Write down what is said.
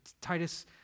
Titus